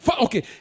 okay